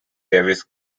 davis